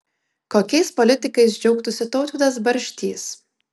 kokiais politikais džiaugtųsi tautvydas barštys